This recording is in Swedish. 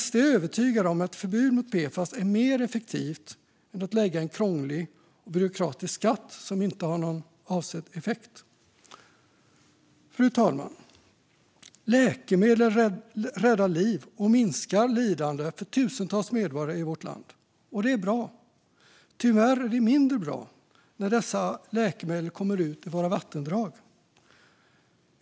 SD är övertygade om att ett förbud mot PFAS är mer effektivt än att införa en krånglig och byråkratisk skatt som inte har avsedd effekt. Fru talman! Läkemedel räddar liv och minskar lidande för tusentals medborgare i vårt land, och det är bra. Tyvärr är det mindre bra när dessa läkemedel kommer ut i våra vattendrag.